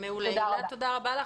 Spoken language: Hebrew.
תודה רבה.